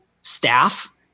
staff